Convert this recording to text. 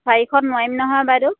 চাৰিশত নোৱাৰিম নহয় বাইদেউ